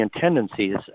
tendencies